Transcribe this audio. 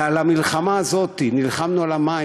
במלחמה הזאת נלחמנו על המים,